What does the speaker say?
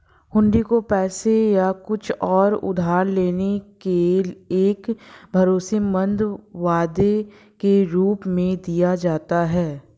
हुंडी को पैसे या कुछ और उधार लेने के एक भरोसेमंद वादे के रूप में दिया जाता है